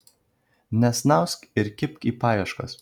nesnausk ir kibk į paieškas